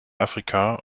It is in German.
afrika